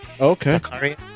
okay